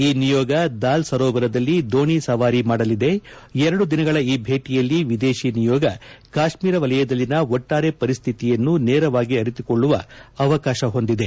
ಈ ನಿಯೋಗ ದಾಲ್ ಸರೋವರದಲ್ಲಿ ದೋಣಿ ಸವಾರಿ ಮಾಡಲಿದೆ ಎರಡು ದಿನಗಳ ಈ ಭೇಟಿಯಲ್ಲಿ ವಿದೇಶಿ ನಿಯೋಗ ಕಾಶ್ಮೀರ ವಲಯದಲ್ಲಿನ ಒಟ್ಡಾರೆ ಪರಿಸ್ಥಿತಿಯನ್ನು ನೇರವಾಗಿ ಅರಿತುಕೊಳ್ಳುವ ಅವಕಾಶ ಹೊಂದಿದೆ